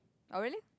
oh really